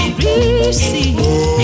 receive